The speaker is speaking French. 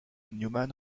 newman